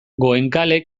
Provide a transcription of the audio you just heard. goenkale